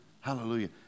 Hallelujah